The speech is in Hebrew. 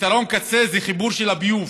פתרון קצה זה חיבור של הביוב.